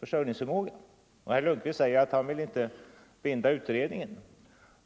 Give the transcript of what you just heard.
försörjningsförmåga? Herr Lundkvist säger att han inte vill binda utredningen.